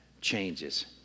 changes